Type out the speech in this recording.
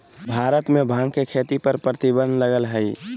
भारत में भांग के खेती पर प्रतिबंध लगल हइ